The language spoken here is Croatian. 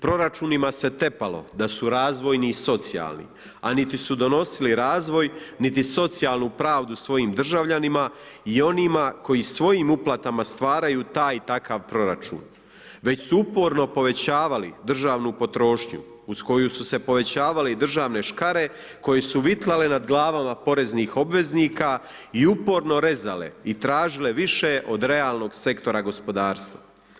Proračunima se tepalo da su razvojni i socijalni, a niti su donosili razvoj niti socijalnu pravdu svojim državljanima i onima koji svojim uplatama stvaraju taj i takav proračun, već su uporno povećavali državnu potrošnju uz koju su se povećavale i državne škare koje su vitlale nad glavama poreznih obveznika i uporno rezale i tražile više od realnog sektora gospodarstva.